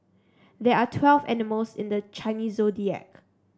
there are twelve animals in the Chinese Zodiac